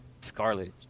Scarlet